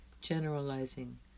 generalizing